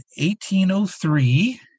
1803